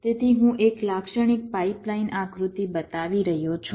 તેથી હું એક લાક્ષણિક પાઇપલાઇન આકૃતિ બતાવી રહ્યો છું